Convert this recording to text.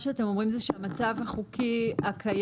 מה שאתם אומרים זה שהמצב החוקי הקיים